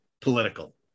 political